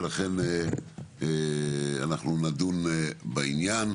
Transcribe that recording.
ולכן אנחנו נדון בעניין.